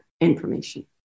information